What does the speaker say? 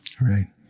Right